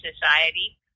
society